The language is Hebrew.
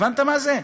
הבנת מה זה?